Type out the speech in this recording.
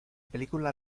película